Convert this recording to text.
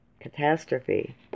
catastrophe